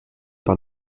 par